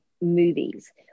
movies